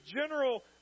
general